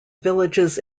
villages